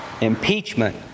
Impeachment